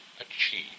achieve